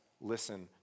listen